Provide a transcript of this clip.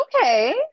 okay